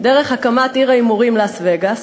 דרך הקמת עיר ההימורים לאס-וגאס.